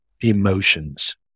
emotions